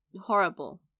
horrible